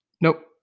Nope